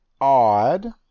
odd